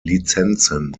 lizenzen